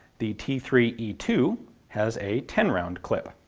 the t three e two has a ten round clip,